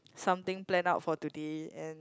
something planned out for today and